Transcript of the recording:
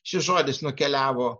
šis žodis nukeliavo